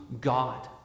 God